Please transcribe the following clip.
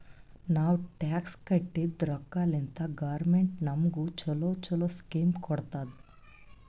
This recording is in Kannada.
ನಾವ್ ಟ್ಯಾಕ್ಸ್ ಕಟ್ಟಿದ್ ರೊಕ್ಕಾಲಿಂತೆ ಗೌರ್ಮೆಂಟ್ ನಮುಗ ಛಲೋ ಛಲೋ ಸ್ಕೀಮ್ ಕೊಡ್ತುದ್